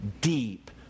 deep